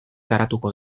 garatuko